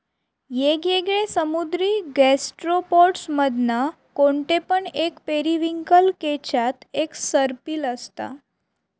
येगयेगळे समुद्री गैस्ट्रोपोड्स मधना कोणते पण एक पेरिविंकल केच्यात एक सर्पिल असता